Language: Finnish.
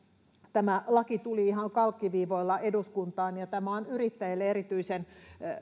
tämä laki tuli ihan kalkkiviivoilla eduskuntaan ja tämä on yrittäjille erityisen